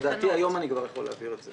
לדעתי היום אני כבר יכול להעביר את זה.